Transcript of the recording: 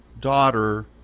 daughter